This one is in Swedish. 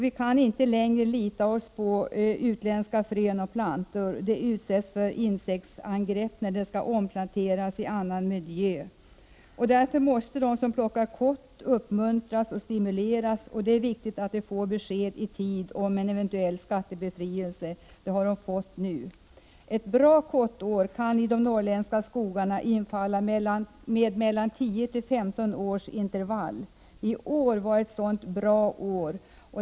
Vi kan inte längre lita till utländska frön och plantor, som utsätts för insektsangrepp när de omplanteras i annan miljö. Därför måste de som plockar kottar uppmuntras och stimuleras. Det är viktigt att de i tid får besked om en eventuell skattebefrielse. Det har de fått nu. Ett bra kottår i de norrländska skogarna kan infalla med mellan 10 och 15 års intervall. Det här året har varit ett sådant bra år.